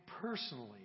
personally